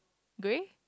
grey